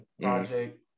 project